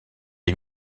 les